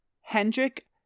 Hendrik